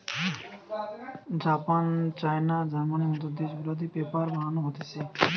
Japan, China, জার্মানির মত দেশ গুলাতে পেপার বানানো হতিছে